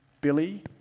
Billy